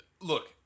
Look